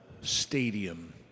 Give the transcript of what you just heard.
stadium